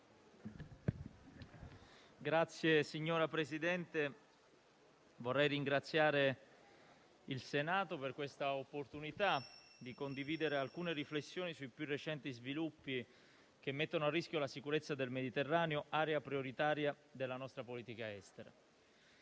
Signor Presidente, vorrei ringraziare il Senato per l'opportunità di condividere alcune riflessioni sui più recenti sviluppi che mettono a rischio la sicurezza del Mediterraneo, area prioritaria della nostra politica estera.